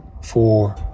four